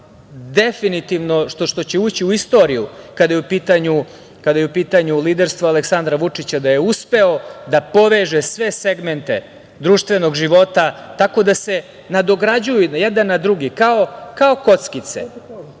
će definitivno ući u istoriju kada je u pitanju liderstvo Aleksandra Vučića, da je uspeo da poveže sve segmente društvenog života tako da se nadograđuju jedan na drugi, kao kockice,